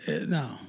No